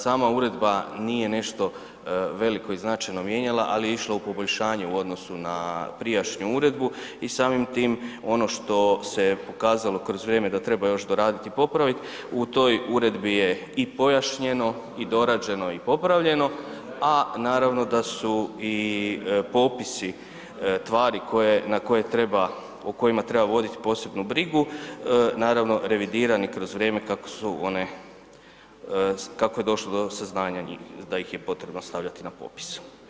Sama uredba nije nešto veliko i značajno mijenjala, ali je išla u poboljšanje u odnosu na prijašnju uredbu i samim tim ono se pokazalo kroz vrijeme da treba još doraditi i popraviti, u toj uredbi je i pojašnjeno i dorađeno i popravljeno, a naravno da su i popisi tvari na koje treba, o kojima treba voditi posebnu brigu, naravno, revidirani kroz vrijeme kako su one, kako je došlo do saznanja da ih je potrebno stavljati na popis.